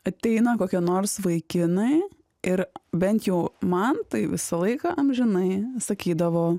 ateina kokie nors vaikinai ir bent jau man tai visą laiką amžinai sakydavo